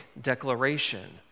declaration